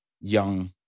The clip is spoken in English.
young